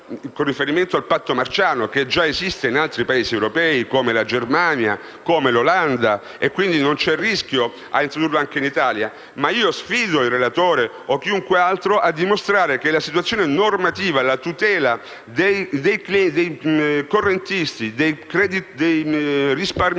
con riferimento al patto marciano, che già esiste in altri Paesi europei come la Germania e l'Olanda per cui non c'è rischio a introdurlo anche in Italia, sfido il relatore o chiunque altro a dimostrare che la situazione normativa e la tutela dei correntisti, dei risparmiatori